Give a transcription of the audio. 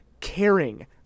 caring